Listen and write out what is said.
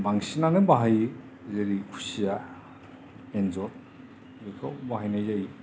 बांसिनानो बाहायो जेरै खुसिया एनजर बेफोराव बाहायनाय जायो